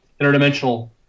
interdimensional